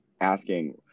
asking